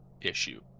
issue